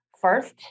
First